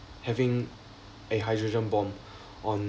having a hydrogen bomb on